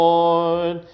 Lord